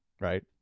right